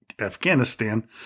Afghanistan